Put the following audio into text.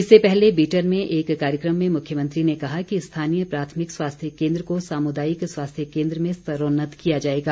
इससे पहले बीटन में एक कार्यक्रम में मुख्यमंत्री ने कहा कि स्थानीय प्राथमिक स्वास्थ्य केन्द्र को सामुदायिक स्वास्थ्य केन्द्र में स्तरोन्नत किया जाएगा